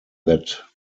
that